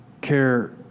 care